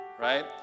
right